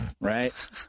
right